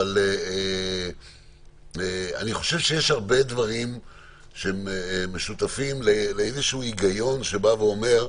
אבל אני חושב שיש הרבה דברים שהם משותפים לאיזשהו היגיון שאומר: